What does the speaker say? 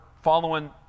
following